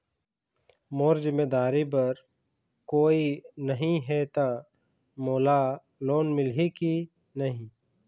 मोर जिम्मेदारी बर कोई नहीं हे त मोला लोन मिलही की नहीं?